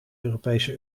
europese